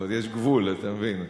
יש גבול, אתה מבין.